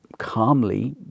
calmly